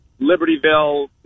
Libertyville